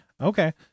Okay